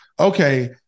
okay